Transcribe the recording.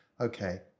okay